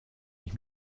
ich